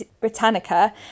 Britannica